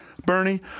Bernie